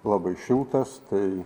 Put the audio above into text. labai šiltas tai